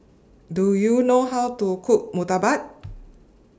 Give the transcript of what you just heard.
Do YOU know How to Cook Murtabak